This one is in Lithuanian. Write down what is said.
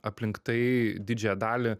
aplink tai didžiąją dalį